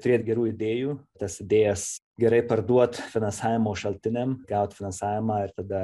turėt gerų idėjų tas idėjas gerai parduot finansavimo šaltiniam gaut finansavimą ir tada